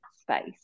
space